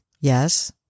Yes